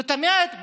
זאת אומרת,